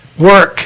work